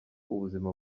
ubuzima